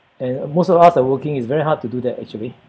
and most of us who are working it's very hard to do that actually